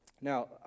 now